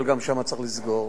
אבל גם שם צריך לסגור.